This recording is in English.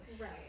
Right